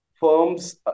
firms